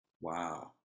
Wow